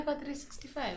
365